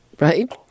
right